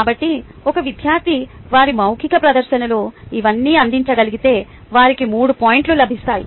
కాబట్టి ఒక విద్యార్థి వారి మౌఖిక ప్రదర్శనలో ఇవన్నీ అందించగలిగితే వారికి మూడు పాయింట్లు లభిస్తాయి